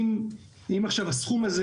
אם הסכום הזה